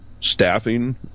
staffing